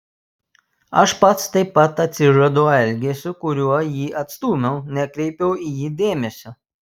aš pats taip pat atsižadu elgesio kuriuo jį atstūmiau nekreipiau į jį dėmesio